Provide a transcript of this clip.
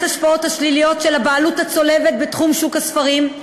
ההשפעות השליליות של הבעלות הצולבת בתחום שוק הספרים.